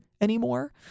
anymore